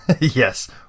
Yes